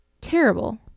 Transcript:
terrible